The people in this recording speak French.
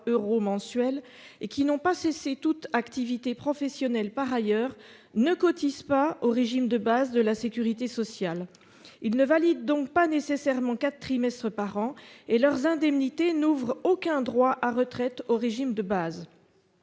qui, par ailleurs, n'ont pas cessé toute activité professionnelle ne cotisent pas au régime de base de la sécurité sociale. Ils ne valident donc pas nécessairement quatre trimestres par an et leurs indemnités n'ouvrent aucun droit à retraite au régime de base.